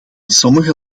sommige